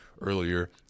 earlier